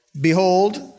behold